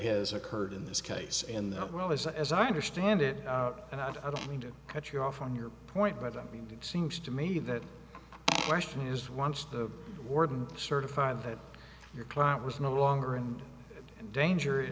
has occurred in this case and that well as as i understand it and i don't mean to cut you off on your point but i mean it seems to me that question is once the warden certified that your client was no longer and in danger